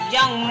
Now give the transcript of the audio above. Young